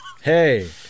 Hey